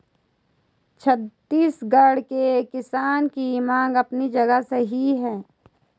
छत्तीसगढ़ के किसान की मांग अपनी जगह सही है